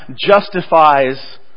justifies